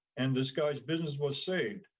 and this guy's business was saved.